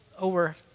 over